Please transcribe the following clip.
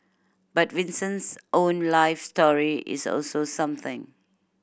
but Vincent's own life story is also something